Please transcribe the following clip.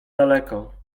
daleko